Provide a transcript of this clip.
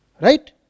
Right